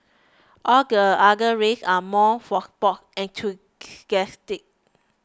all the other races are more for sports enthusiasts